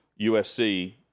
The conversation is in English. USC